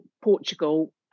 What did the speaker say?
Portugal